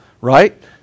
right